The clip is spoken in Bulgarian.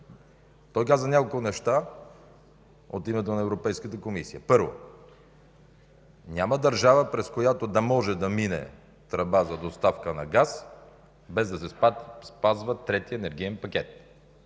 Той каза няколко неща от името на Европейската комисия. Първо, няма държава, през която да може да мине тръба за доставка на газ, без да се спазва Третият енергиен пакет.